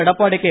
Edappadi K